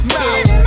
Mouth